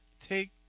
take